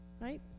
Right